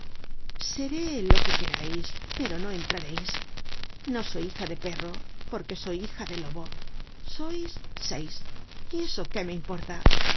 seré lo que querais pero no entrareis no soy hija de perro porque soy hija de lobo sois seis y eso qué me importa